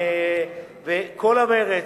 עם כל המרץ,